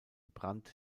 brand